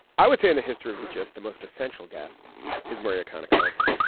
i would say in the history of the just the most essential guest is murray a kind of cova.